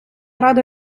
ради